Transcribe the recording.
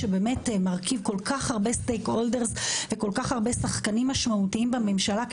שמרכיב כל כך הרבה בעלי עניין ושחקנים משמעותיים בממשלה,